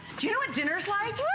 do you know what dinner is like?